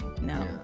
No